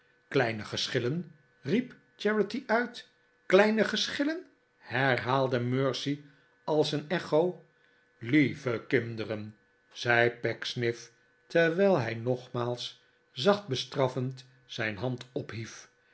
kleine geschillen riep charity uit kleine geschillen herhaalde mercy als een echo lieve kinderen zei pecksniff terwijl hij nogmaals zacht bestraffend zijn hand ophief